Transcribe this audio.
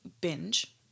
binge